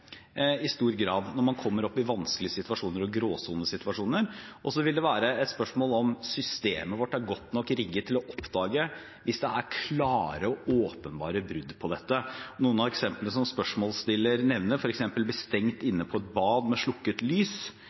et spørsmål om systemet vårt er godt nok rigget til å oppdage klare og åpenbare brudd på dette. Noen av eksemplene som spørsmålsstilleren nevner, f.eks. det å bli stengt inne på et bad med slukket lys,